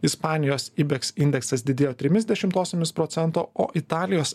ispanijos ibeks indeksas didėjo trimis dešimtosiomis procento o italijos